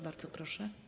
Bardzo proszę.